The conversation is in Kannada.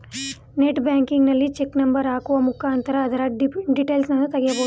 ನೆಟ್ ಬ್ಯಾಂಕಿಂಗಲ್ಲಿ ಚೆಕ್ ನಂಬರ್ ಹಾಕುವ ಮುಖಾಂತರ ಅದರ ಡೀಟೇಲ್ಸನ್ನ ತಗೊಬೋದು